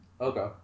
Okay